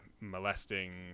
molesting